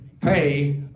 pay